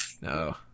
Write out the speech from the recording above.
No